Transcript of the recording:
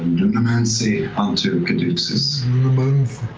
dunamancy onto caduceus.